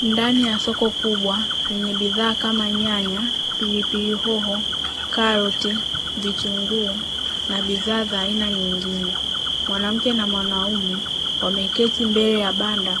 Ndani ya soko kubwa lenye bidhaa kama nyanya, pilipili hoho, karoti, vitunguu na bidhaa za aina nyingine. Mwanamke na mwanaume wameketi mbele ya banda